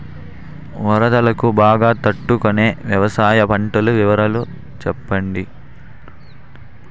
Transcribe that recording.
వరదలకు బాగా తట్టు కొనే వ్యవసాయ పంటల వివరాలు చెప్పండి?